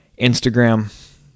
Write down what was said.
Instagram